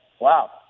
wow